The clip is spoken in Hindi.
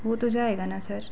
हो तो जाएगा ना सर